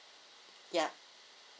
yeah